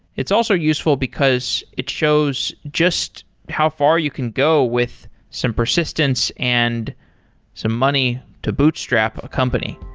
it's also useful because it shows just how far you can go with some persistence and some money to bootstrap a company.